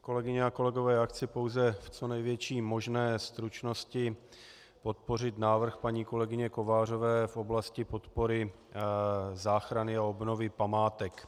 Kolegyně a kolegové, chci pouze v co největší možné stručnosti podpořit návrh paní kolegyně Kovářové v oblasti podpory záchrany a obnovy památek.